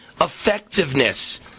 effectiveness